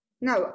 Now